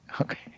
Okay